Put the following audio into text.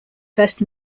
first